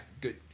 good